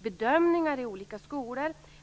bedömningar i olika skolor.